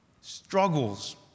struggles